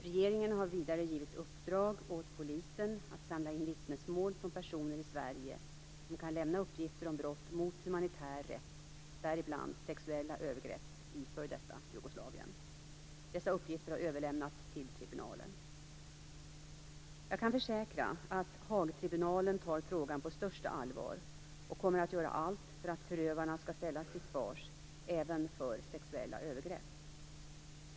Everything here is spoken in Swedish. Regeringen har vidare givit i uppdrag åt polisen att samla in vittnesmål från personer i Sverige som kan lämna uppgifter om brott mot humanitär rätt, däribland sexuella övergrepp i f.d. Jugoslavien. Dessa uppgifter har överlämnats till tribunalen. Jag kan försäkra att Haagtribunalen tar frågan på största allvar och kommer att göra allt för att förövarna skall ställas till svars, även för sexuella övergrepp.